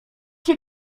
się